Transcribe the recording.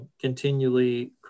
continually